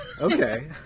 Okay